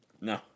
No